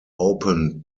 opened